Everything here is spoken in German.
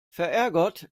verärgert